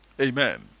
Amen